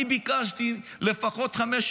אני ביקשתי לפחות חמש,